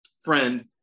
friend